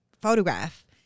photograph